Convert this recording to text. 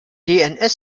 dns